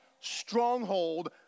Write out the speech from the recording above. stronghold